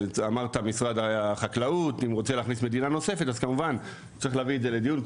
ואם משרד החקלאות רוצה להכניס מדינה נוספת צריך להביא את זה לדיון,